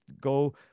go